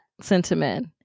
sentiment